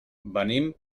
venim